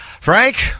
Frank